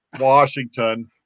Washington